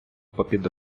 попід